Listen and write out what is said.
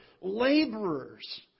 laborers